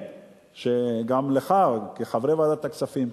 גם חברי ועדת הכספים,